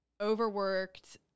overworked